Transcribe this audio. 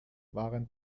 waren